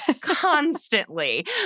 constantly